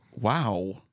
Wow